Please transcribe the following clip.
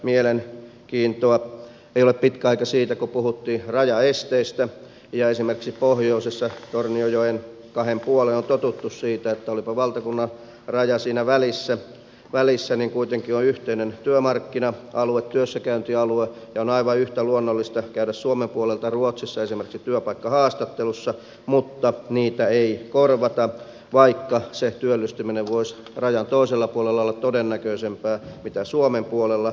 ei ole pitkä aika siitä kun puhuttiin rajaesteistä ja esimerkiksi pohjoisessa tornionjoen kahden puolen on totuttu siihen että olipa valtakunnanraja siinä välissä niin kuitenkin on yhteinen työmarkkina alue työssäkäyntialue ja on aivan yhtä luonnollista käydä suomen puolelta ruotsissa esimerkiksi työpaikkahaastattelussa mutta sitä ei korvata vaikka se työllistyminen voisi rajan toisella puolella olla todennäköisempää kuin suomen puolella